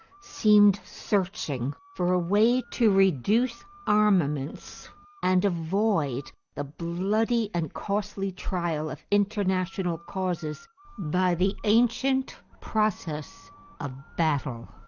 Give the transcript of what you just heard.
seemed searching for a way to reduce armaments and avoid the bloody and costly trial of international causes by the ancient process of battle.